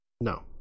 No